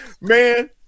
Man